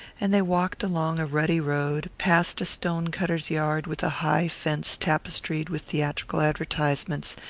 and they walked along a rutty road, past a stone-cutter's yard with a high fence tapestried with theatrical advertisements,